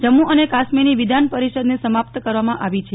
જમ્મુ અને કાશ્મીરની વિધાન પરીષદને સમાપ્ત કરવામાં આવી છે